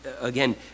Again